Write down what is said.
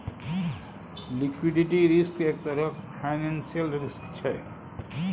liquidity risk एक तरहक financial risk छै